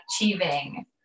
achieving